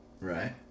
Right